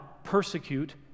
persecute